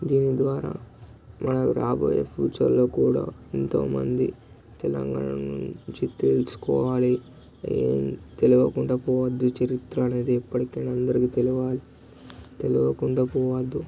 దీని ద్వారా మన రాబోయే ఫ్యూచర్లో కూడా ఎంతో మంది తెలంగాణ నుంచి తెలుసుకోవాలి తెలవకుండా పోవద్దు ఇది చరిత్ర అనేది ఎప్పటికైనా అందరికి తెలవాలి తెలవకుండా పోవద్దు